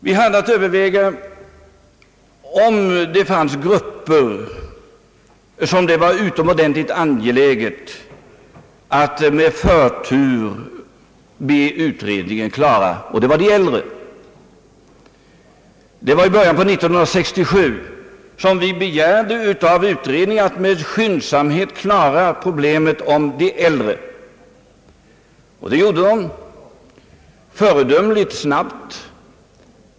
Vi hade att överväga om det var utomordentligt angeläget att be utredningen att med förtur behandla vissa grupper, nämligen de äldre arbetstagarna. I början av år 1967 begärde vi att utredningen med skyndsamhet skulle behandla de äldres problem. Detta gjorde utredningen föredömligt snabbt.